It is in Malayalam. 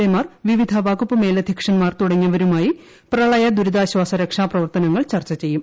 എ മാർ വിവിധ വകുപ്പ് മേലധ്യക്ഷന്മാർ തുടങ്ങിയവരുമായി പ്രളയ ദുരിതാശ്വാസ രക്ഷാ പ്രവർത്തനങ്ങൾ ചർച്ച ചെയ്യും